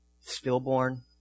stillborn